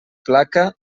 placa